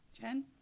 Jen